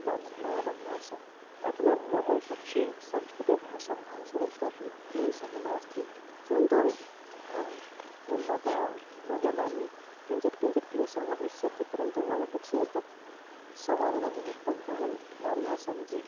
ब्राह्मणानां भाषा अधुना मम पक्षे संस्कृतभाषासम्भाषणे कः अपि क्लेशः नास्ति परन्तु अहं पूर्णतया न जानामि किञ्चित् किञ्चित् क्लेशः भविष्यति परन्तु मम पक्षे एतत् समाधाननिमित्तं बहवः मार्गाः सन्ति